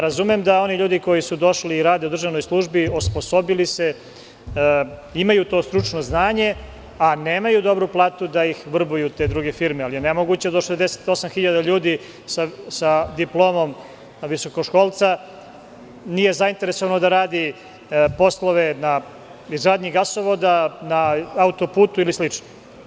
Razumem da oni ljudi koji su došli i rade u državnoj službi, osposobili se, imaju to stručno znanje, a nemaju dobru platu, da ih vrbuju te druge firme, ali je nemoguće da 68 hiljada ljudi sa diplomom visokoškolca nije zainteresovano da radi poslove na izgradnji gasovoda, na autoputu ili slično.